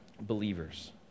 believers